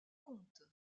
comte